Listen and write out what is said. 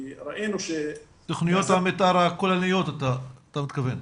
תכנית המתאר הכוללניות אתה מתכוון?